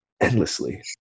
endlessly